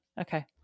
Okay